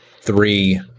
three –